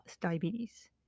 diabetes